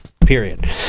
Period